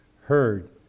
heard